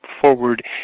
forward